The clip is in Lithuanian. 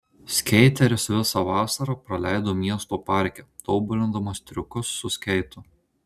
skeiteris visą vasarą praleido miesto parke tobulindamas triukus su skeitu